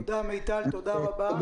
תודה רבה.